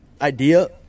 idea